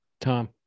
Tom